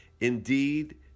Indeed